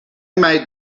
made